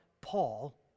Paul